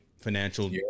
financial